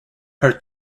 her